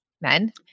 Men